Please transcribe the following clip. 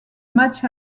matchs